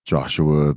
Joshua